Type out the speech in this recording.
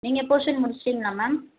நீங்கள் போர்ஷன் முடிச்சுட்டீங்களா மேம்